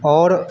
और